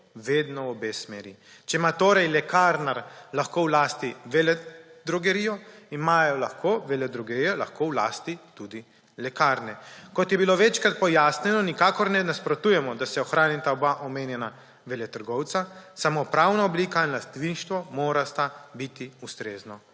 vedno v obe smeri. Če ima torej lekarnar lahko v lasti veledrogerijo, imajo lahko veledrogerijo v lasti tudi lekarne. Kot je bilo večkrat pojasnjeno, nikakor ne nasprotujemo, da se ohranita oba omenjena veletrgovca, samo pravna oblika, lastništvo, morata biti ustrezno